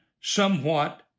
somewhat